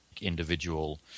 individual